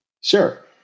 Sure